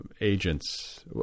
agents